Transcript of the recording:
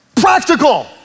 practical